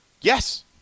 yes